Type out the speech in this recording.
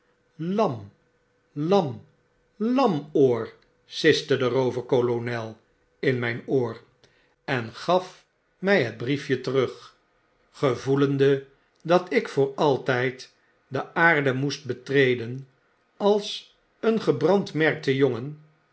lam lam lamoor siste derooverkolonel in myn oor en gaf my het briefje terug gevoelende dat ik voor altyd de aarde moest betreden als een gebrandmerkte jongen